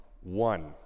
one